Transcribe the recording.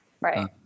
Right